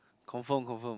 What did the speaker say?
confirm confirm